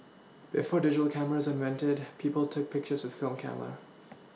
before digital cameras invented people took pictures with film camera